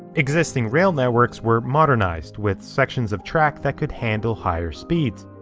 existing rail networks were modernized with sections of track that could handle higher speeds.